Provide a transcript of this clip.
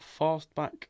fastback